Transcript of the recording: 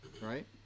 right